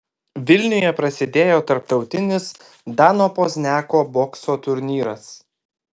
vilniuje prasidėjo tarptautinis dano pozniako bokso turnyras